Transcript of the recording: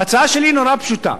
ההצעה שלי נורא פשוטה.